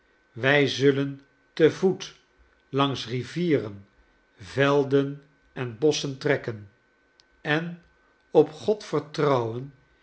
wij zullen te voet langs rivieren velden en bosschen trekken en op god vertrouwen